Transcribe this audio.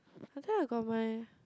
I think I got my